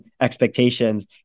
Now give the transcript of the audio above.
expectations